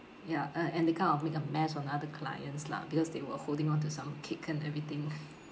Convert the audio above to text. ya uh and they kind of make a mess on other clients lah because they were holding on to some cake and everything